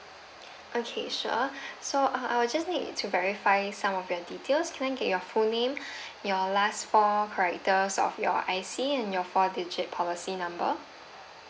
okay sure so uh I just need to verify some of your details can I get your full name your last four characters of your I_C and your four digit policy number